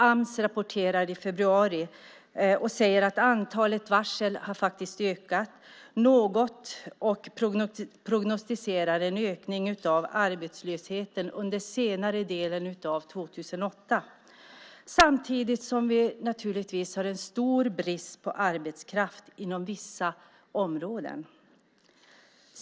Ams rapporterade i februari att antalet varsel faktiskt hade ökat något och prognostiserade en ökning av arbetslösheten under senare delen av 2008, samtidigt som vi naturligtvis har en stor brist på arbetskraft inom vissa områden.